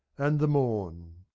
and the morn.